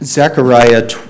Zechariah